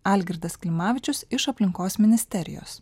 algirdas klimavičius iš aplinkos ministerijos